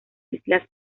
islas